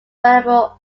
available